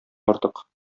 артык